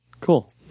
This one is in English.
Cool